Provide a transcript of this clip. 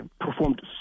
performed